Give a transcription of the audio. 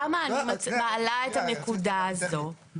למה אני מעלה את הנקודה הזאת?